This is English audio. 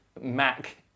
Mac